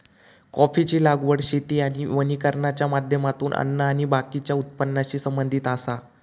कॉफीची लागवड शेती आणि वानिकरणाच्या माध्यमातून अन्न आणि बाकीच्या उत्पादनाशी संबंधित आसा